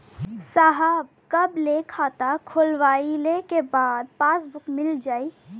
साहब कब ले खाता खोलवाइले के बाद पासबुक मिल जाई?